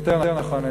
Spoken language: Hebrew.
יותר נכון,